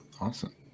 Awesome